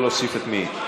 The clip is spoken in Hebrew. לפרוטוקול להוסיף את מי?